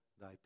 thy